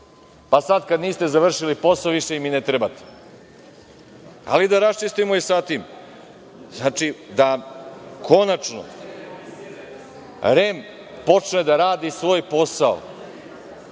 pa sada kada niste završili posao više im i ne trebate. Da raščistimo i sa tim, da konačno REM počne da radi svoj posao